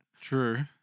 True